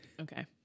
Okay